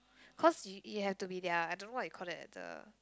cause you you have to be there I don't know what you call that the